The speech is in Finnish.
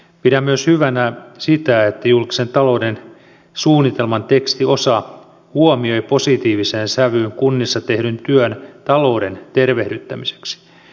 pidän myös hyvänä sitä että julkisen talouden suunnitelman tekstiosa huomioi positiiviseen sävyyn kunnissa tehdyn työn talouden tervehdyttämiseksi